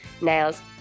nails